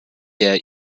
der